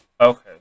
Okay